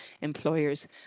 employers